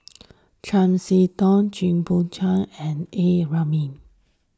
Chiam See Tong Jit Koon Ch'ng and A Ramli